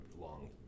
long